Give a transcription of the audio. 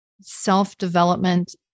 self-development